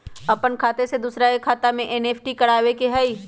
अपन खाते से दूसरा के खाता में एन.ई.एफ.टी करवावे के हई?